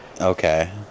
Okay